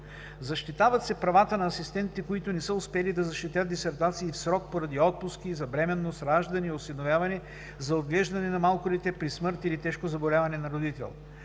Защитават се правата на асистентите, които не са успели да защитят дисертации в срок поради отпуски за бременност, раждане, осиновяване, за отглеждане на малко дете, при смърт или тежко заболяване на родител.